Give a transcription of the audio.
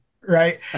Right